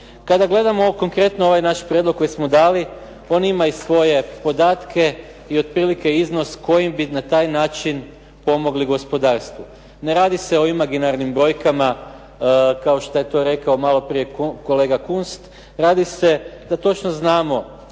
Kada gledamo konkretno ovaj naš prijedlog koji smo dali, on ima i svoje podatke i otprilike iznos kojim bi na taj način pomogli gospodarstvu. Ne radi se o imaginarnim brojkama kao što ej to rekao malo prije kolega Kunst, radi se to točno znamo